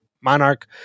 Monarch